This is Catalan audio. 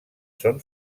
són